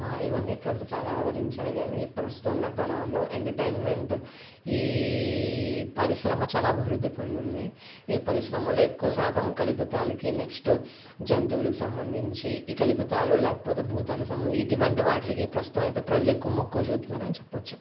ఇవన్నీ ప్రజలు చాలా ఆదరించారు కానీ ప్రస్తుతం ఉన్న తరాల్లో ఎంటర్టైన్మెంట్ ఈ పరిశ్రమ చాలా అభివృద్ధి పొందింది ఈ పరిశ్రమలో ఎక్కువ శాతం కల్పితాలకి నెక్స్ట్ జంతువులకు సంబంధించి ఈ కల్పితాలు లేకపోతే భూతాలు సంబంధించి ఇటువంటి వాటికి ప్రస్తుతం అయితే ప్రజలు ఎక్కువ మక్కువ చూపుతున్నారని చెప్పవచ్చు